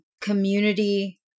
community